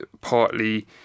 partly